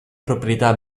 proprietà